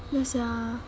ya sia